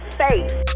face